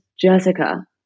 Jessica